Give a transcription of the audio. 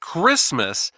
Christmas